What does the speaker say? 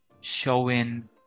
showing